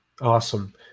Awesome